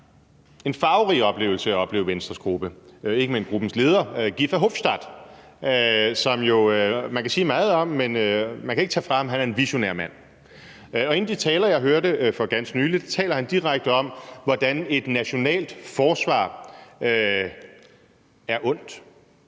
en farverig oplevelse at opleve Venstres gruppe, ikke mindst gruppens leder Guy Verhofstadt, som man jo kan sige meget om, men man kan ikke tage fra ham, at han er en visionær mand. Og i en af de taler, jeg hørte for ganske nylig, taler han direkte om, hvordan et nationalt forsvar er ondt,